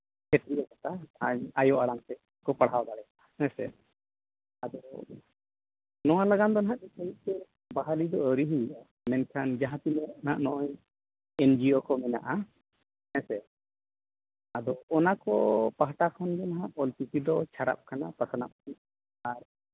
ᱥᱮᱪᱮᱫᱚᱜ ᱠᱟᱱᱟ ᱟᱭᱳ ᱟᱲᱟᱝ ᱛᱮᱠᱚ ᱯᱟᱲᱦᱟᱣ ᱫᱟᱲᱮᱭᱟᱜᱼᱟ ᱦᱮᱸᱥᱮ ᱟᱫᱚ ᱱᱚᱣᱟ ᱞᱟᱜᱟᱱ ᱫᱚ ᱱᱟᱜ ᱢᱟᱪᱮᱫ ᱠᱚ ᱵᱟᱦᱟᱞᱤ ᱫᱚ ᱟᱹᱣᱨᱤ ᱦᱩᱭᱩᱜᱼᱟ ᱢᱮᱱᱠᱷᱟᱱ ᱡᱟᱦᱟᱸ ᱛᱤᱱᱟᱹᱜ ᱱᱟᱜ ᱱᱚᱜᱼᱚᱸᱭ ᱮᱱᱡᱤᱭᱳ ᱠᱚ ᱢᱮᱱᱟᱜᱼᱟ ᱦᱮᱸᱥᱮ ᱟᱫᱚ ᱚᱱᱟ ᱠᱚ ᱯᱟᱦᱴᱟ ᱠᱷᱚᱱ ᱜᱮ ᱱᱟᱜ ᱚᱞ ᱪᱤᱠᱤ ᱫᱚ ᱪᱷᱟᱨᱟᱜ ᱠᱟᱱᱟ ᱯᱟᱥᱱᱟᱜ ᱠᱟᱱᱟ ᱟᱨ